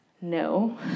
No